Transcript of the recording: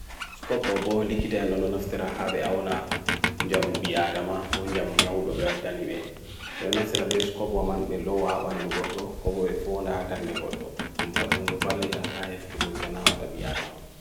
Skop do boh likite anon nafterahabe aona nja mu biya adama, poh nja mu nyawdo biya adan ewe. Pye nafterabe skop waman me loa apan do got lo, kombo e fona adan ne got lo. Tumpat dum do valita ha hef to gweekona hwada biya adama.